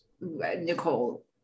nicole